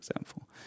example